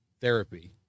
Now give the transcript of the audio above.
therapy